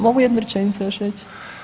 Mogu jednu rečenicu još reći?